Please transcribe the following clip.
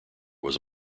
was